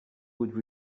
would